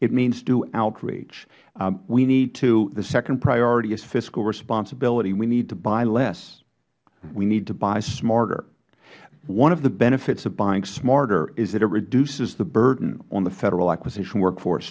it means do outreach the second priority is fiscal responsibility we need to buy less we need to buy smarter one of the benefits of buying smarter is that it reduces the burden on the federal acquisition workforce